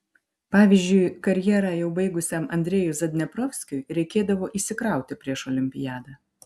pavyzdžiui karjerą jau baigusiam andrejui zadneprovskiui reikėdavo įsikrauti prieš olimpiadą